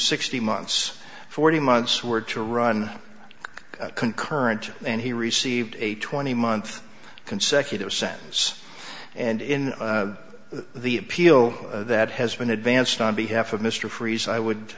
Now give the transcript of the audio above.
sixty months forty months were to run concurrent and he received a twenty month consecutive sentence and in the appeal that has been advanced on behalf of mr freese i would